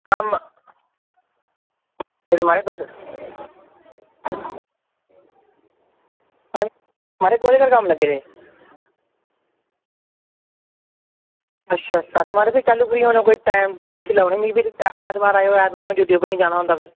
कम्म म्हाराज तुस म्हाराज कोह्दे घर कम्म लग्गे दे अच्छा अच्छा म्हाराज तुसें कैलूं फ्री होना ते फिर ऐतवार आवेओ ऐतवार में ड्यूटी उप्पर निं जाना होंदा फिर